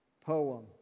poem